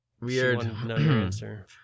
weird